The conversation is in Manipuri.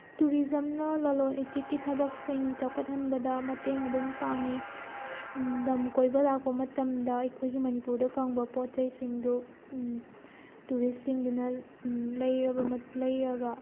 ꯇꯨꯔꯤꯖꯝꯅ ꯂꯂꯣꯜꯏꯇꯤꯛꯀꯤ ꯊꯕꯛꯁꯤꯡ ꯆꯥꯎꯈꯠꯍꯟꯕꯗ ꯃꯇꯦꯡ ꯑꯗꯨꯝ ꯄꯥꯡꯏ ꯂꯝ ꯀꯣꯏꯕ ꯂꯥꯛꯄ ꯃꯇꯝꯗ ꯑꯩꯈꯣꯏꯒꯤ ꯃꯅꯤꯄꯨꯔꯗ ꯐꯪꯕ ꯄꯣꯠꯆꯩꯁꯤꯡꯗꯨ ꯇꯨꯔꯤꯁꯁꯤꯡꯗꯨꯅ ꯂꯩꯔꯒ